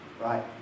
right